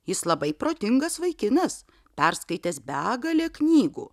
jis labai protingas vaikinas perskaitęs begalę knygų